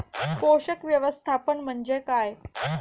पोषक व्यवस्थापन म्हणजे काय?